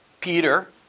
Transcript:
Peter